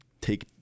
take